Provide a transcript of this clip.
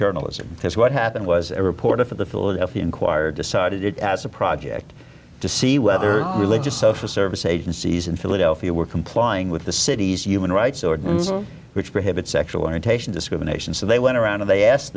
journalism because what happened was a reporter for the philadelphia inquirer decided it as a project to see whether religious social service agencies in philadelphia were complying with the city's human rights ordinance which prohibits sexual orientation discrimination so they went around and they asked